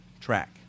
track